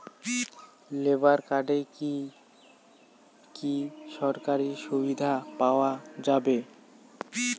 Labour কার্ডে কি কি সরকারি সুবিধা পাওয়া যাবে?